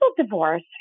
divorce